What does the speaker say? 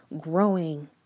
growing